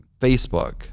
Facebook